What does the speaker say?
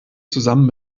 zusammen